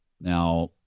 Now